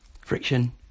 Friction